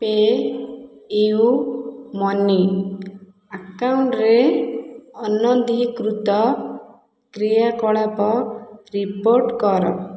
pay u money ଆକାଉଣ୍ଟରେ ଅନାଧିକୃତ କ୍ରିୟାକଳାପ ରିପୋର୍ଟ କର